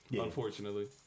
Unfortunately